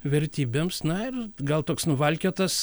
vertybėms na ir gal toks nuvalkiotas